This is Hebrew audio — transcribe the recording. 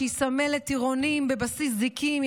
שהיא סמלת טירונים בבסיס זיקים,